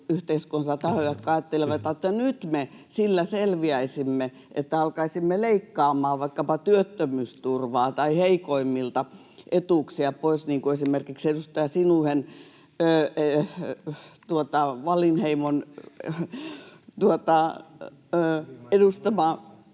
yhteiskunnassa tahoja, jotka ajattelevat, että nyt me sillä selviäisimme, että alkaisimme leikkaamaan vaikkapa työttömyysturvaa tai heikoimmilta etuuksia pois, niin kuin esimerkiksi edustaja Sinuhe Wallinheimon edustama